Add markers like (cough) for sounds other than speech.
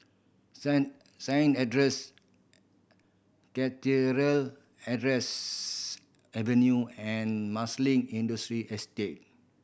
Saint Saint Andrew's Cathedral Andrew's Avenue and Marsiling (unintelligible) Estate